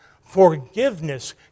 forgiveness